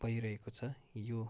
भइरहेको छ यो